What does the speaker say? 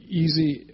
easy